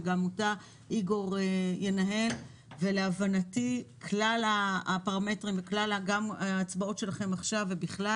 שגם אותה איגור ינהל ולהבנתי כלל הפרמטרים וגם ההצבעות שלכם עכשיו ובכלל